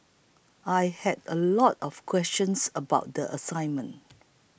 I had a lot of questions about the assignment